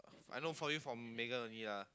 I know for you for Megan only lah